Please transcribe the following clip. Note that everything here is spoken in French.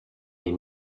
mes